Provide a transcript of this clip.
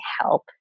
help